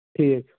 ٹھیٖک